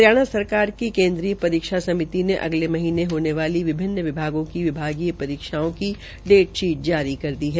हरियाणा सरकार की केन्द्रीय रीक्षा समिति ने अगले महीने होने वाली विभिन्न विभागों की विभागीय रीक्षाओं की डेट शीट जारी कर दी है